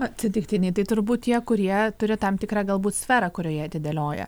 atsitiktiniai tai turbūt tie kurie turi tam tikrą galbūt sferą kurioje atidėlioja